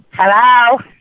Hello